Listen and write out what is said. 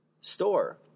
store